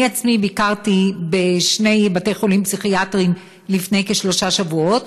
אני עצמי ביקרתי בשני בתי-חולים פסיכיאטריים לפני כשלושה שבועות,